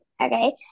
okay